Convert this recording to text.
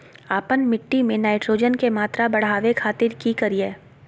आपन मिट्टी में नाइट्रोजन के मात्रा बढ़ावे खातिर की करिय?